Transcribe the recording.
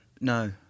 no